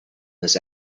this